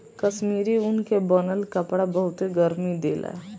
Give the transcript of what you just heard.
कश्मीरी ऊन के बनल कपड़ा बहुते गरमि देला